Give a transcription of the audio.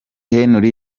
henry